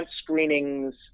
screenings